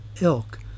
ilk